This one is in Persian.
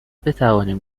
بتوانیم